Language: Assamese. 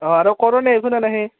অঁ আৰু কৰো নাই